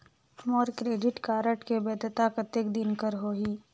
मोर credit card के वैधता कतेक दिन कर होही?